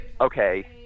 okay